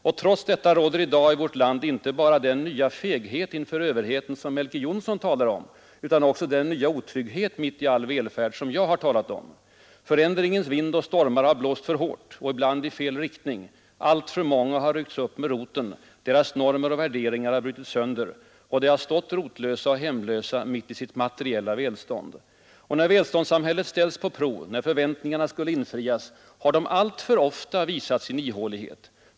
Och trots detta råder i dag i vårt land inte bara ”den nya feghet inför överheten som Melker Johnsson talat om. Förändringens vind och stormar har blåst för hårt. Och ibland i fel riktning. Alltför många har ryckts upp med roten. Deras normer och värderingar har brutits sönder. Och de har stått rotlösa och hemlösa mitt i sitt materiella välstånd. Och när välståndssam hället ställts på prov, när förväntningarna skulle infrias, har de alltför ofta visat sin ihålighet.